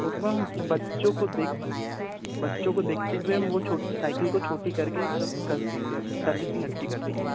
okay ma'am बच्चों को देख को बच्चों को देखते हुए साइकल को छोटी कर करके एकदम कर देंगे सर्विसिंग अच्छी कर देंगे